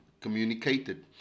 communicated